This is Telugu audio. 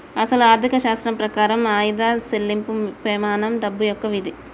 అసలు ఆర్థిక శాస్త్రం ప్రకారం ఆయిదా సెళ్ళింపు పెమానం డబ్బు యొక్క విధి